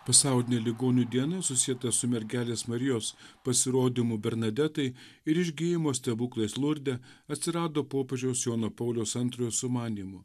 pasaulinė ligonių diena susieta su mergelės marijos pasirodymų bernadetai ir išgijimo stebuklais lurde atsirado popiežiaus jono pauliaus antrojo sumanymu